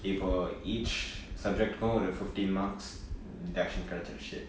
இப்பொ:ippo each subject ஒறு:oru fifteen marks definitely கிடச்சுருச்சு:kidachuruchu